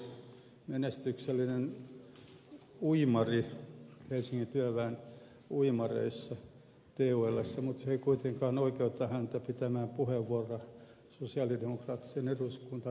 salolainenhan on ollut menestyksellinen uimari helsingin työväen uimareissa tulssä mutta se ei kuitenkaan oikeuta häntä pitämään puheenvuoroa sosialidemokraattisen eduskuntaryhmän puolesta